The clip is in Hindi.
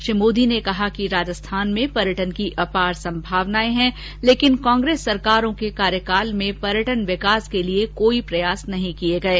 श्री मोदी ने कहा कि राजस्थान में पर्यटन की अपार संभावनाएं हैं लेकिन कांग्रेस सरकारों के कार्यकाल में पर्यटन विकास के लिये कोई प्रयास नहीं किये गये